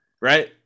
right